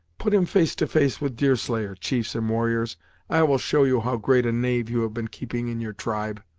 put him face to face with deerslayer, chiefs and warriors i will show you how great a knave you have been keeping in your tribe.